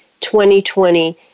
2020